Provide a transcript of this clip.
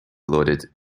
loaded